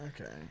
Okay